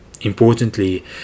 Importantly